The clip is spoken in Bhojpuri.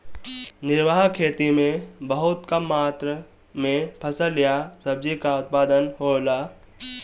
निर्वाह खेती में बहुत कम मात्र में फसल या सब्जी कअ उत्पादन होला